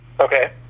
okay